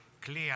clear